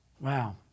Wow